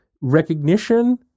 recognition